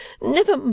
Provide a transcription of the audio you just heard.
Never